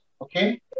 okay